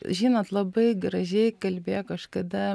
žinot labai gražiai kalbėjo kažkada